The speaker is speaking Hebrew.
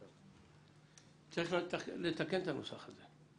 צריך לנסח את הנוסח הזה.